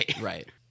right